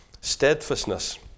Steadfastness